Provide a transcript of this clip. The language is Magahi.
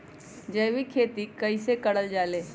जैविक खेती कई से करल जाले?